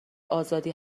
آزادی